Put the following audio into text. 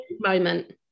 moment